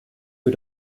für